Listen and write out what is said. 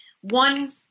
one